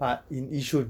but in yishun